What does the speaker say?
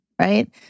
right